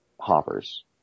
hoppers